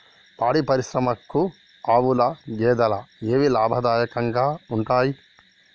పాడి పరిశ్రమకు ఆవుల, గేదెల ఏవి లాభదాయకంగా ఉంటయ్?